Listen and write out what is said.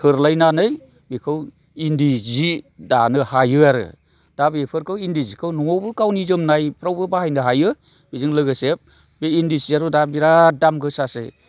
थोरलायनानै बेखौ इन्दि जि दानो हायो आरो दा बेफोरखौ इन्दि जिखौ न'आवबो गावनि जोमनायफ्रावबो बाहायनो हायो बेजों लोगोसे बे इन्दि सियाथ' दा बिराद दाम गोसासै